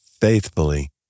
faithfully